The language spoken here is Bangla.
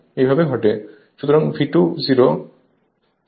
এখন V2 0 কি